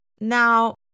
Now